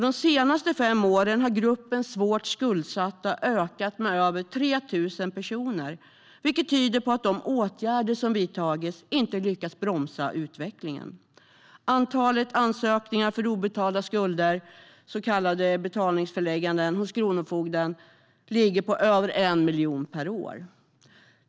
De senaste fem åren har gruppen svårt skuldsatta ökat med över 3 000 personer, vilket tyder på att de åtgärder som vidtagits inte lyckats bromsa utvecklingen. Antalet ansökningar för obetalda skulder, så kallade betalningsförelägganden, hos kronofogden ligger på över 1 miljon per år.